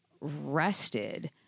rested